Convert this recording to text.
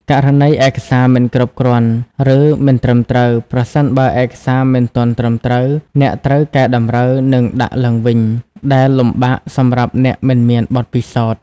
ករណីឯកសារមិនគ្រប់គ្រាន់ឬមិនត្រឹមត្រូវ ប្រសិនបើឯកសារមិនទាន់ត្រឹមត្រូវ អ្នកត្រូវកែតម្រូវ និងដាក់ឡើងវិញ ដែលលំបាកសម្រាប់អ្នកមិនមានបទពិសោធន៍។